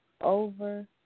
over